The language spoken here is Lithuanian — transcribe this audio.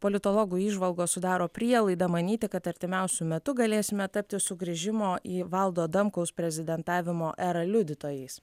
politologų įžvalgos sudaro prielaidą manyti kad artimiausiu metu galėsime tapti sugrįžimo į valdo adamkaus prezidentavimo erą liudytojais